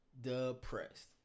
Depressed